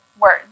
words